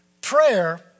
prayer